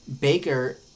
Baker